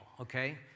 okay